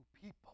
people